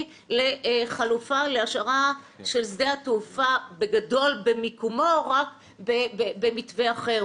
לחלופה להשארה של שדה התעופה בגדול במיקומו רק במתווה אחר.